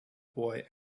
boy